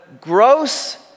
gross